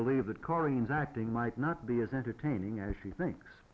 believe that koreans acting might not be as entertaining as he thinks